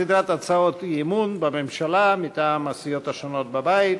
סדרת הצעות אי-אמון בממשלה מטעם סיעות שונות בבית.